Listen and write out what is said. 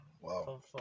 wow